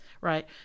Right